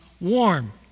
warm